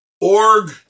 Org